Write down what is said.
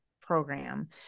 program